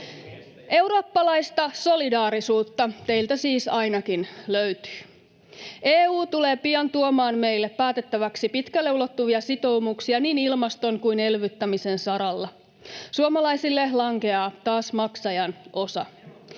Eurooppalaista solidaarisuutta teiltä siis ainakin löytyy. EU tulee pian tuomaan meille päätettäväksi pitkälle ulottuvia sitoumuksia niin ilmaston kuin elvyttämisen saralla. Suomalaisille lankeaa taas maksajan osa.